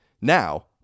Now